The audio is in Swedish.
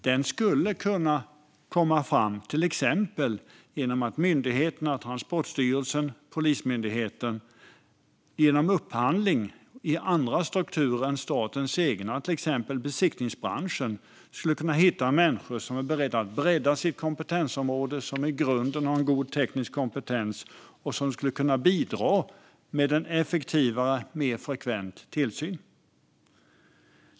Den skulle kunna komma fram till exempel genom att myndigheterna, Transportstyrelsen och Polismyndigheten, genom upphandling i andra strukturer än statens egna, exempelvis besiktningsbranschen, hittar människor som är beredda att bredda sitt kompetensområde, som i grunden har god teknisk kompetens och som skulle kunna bidra med en effektivare och mer frekvent tillsyn.